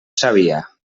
sabia